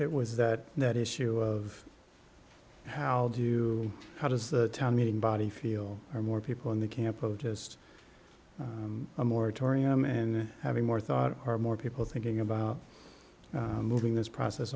it was that that issue of how do how does the town meeting body feel or more people in the camp of just a moratorium and having more thought or more people thinking about moving this process